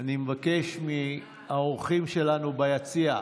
אני מבקש מהאורחים שלנו ביציע,